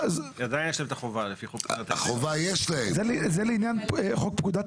עדיין יש להם את החובה לפי חוק פקודת --- לפי חוק פקודת